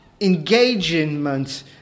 engagement